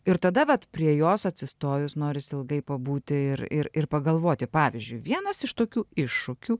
ir tada vat prie jos atsistojus norisi ilgai pabūti ir ir pagalvoti pavyzdžiui vienas iš tokių iššūkių